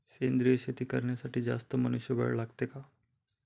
सेंद्रिय शेती करण्यासाठी जास्त मनुष्यबळ लागते का?